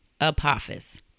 Apophis